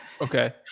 Okay